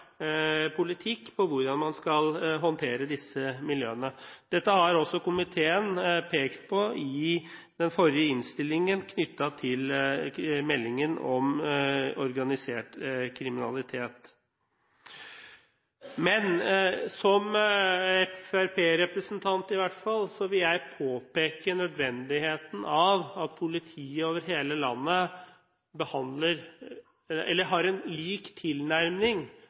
politikk for hvordan man skal håndtere disse miljøene. Dette har også komiteen pekt på i innstillingen til meldingen om organisert kriminalitet. Men som fremskrittspartirepresentant vil jeg påpeke nødvendigheten av at politiet over hele landet har en lik tilnærming